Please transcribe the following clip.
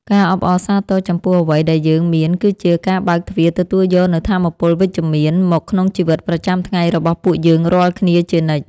ការអបអរសាទរចំពោះអ្វីដែលយើងមានគឺជាការបើកទ្វារទទួលយកនូវថាមពលវិជ្ជមានមកក្នុងជីវិតប្រចាំថ្ងៃរបស់ពួកយើងរាល់គ្នាជានិច្ច។